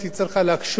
בעידן הזה,